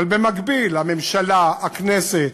אבל במקביל, הממשלה, הכנסת,